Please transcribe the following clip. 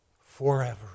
forever